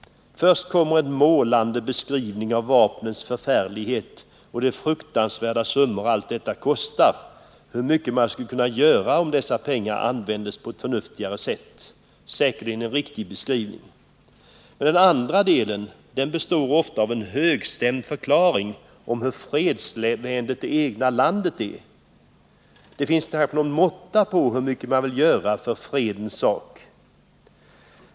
Först kommer en målande beskrivning av vapnens förfärlighet och de fruktansvärda summor allt detta kostar, av hur mycket man skulle kunna göra, om dessa pengar användes på ett förnuftigare sätt — säkerligen en riktig beskrivning. Den andra delen består ofta av en högstämd förklaring om hur fredsvänligt det egna landet är. Det finns knappast någon måtta på hur mycket man vill göra för fredens sak.